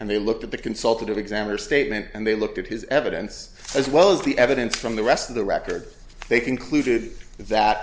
and they looked at the consultative exam or statement and they looked at his evidence as well as the evidence from the rest of the record they concluded that